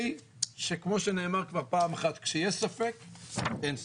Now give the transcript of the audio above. כדי שכמו שכבר נאמר פעם אחת, כשיש ספק, אין ספק.